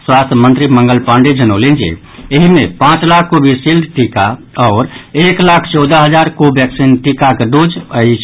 स्वास्थ्य मंत्री मंगल पांडेय जनौलनि जे एहि मे पांच लाख कोविशील्ड टीका आओर एक लाख चौदह हजार कोवैक्सीन टीकाक डोज अछि